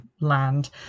land